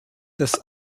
des